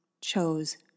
chose